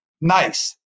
nice